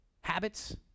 habits